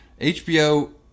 HBO